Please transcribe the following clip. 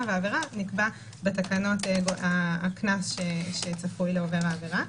ועבירה נקבע בתקנות הקנס שצפוי לעובר העבירה.